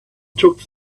took